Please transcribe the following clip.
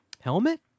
Helmet